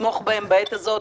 לתמוך בהם בעת הזאת